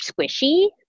squishy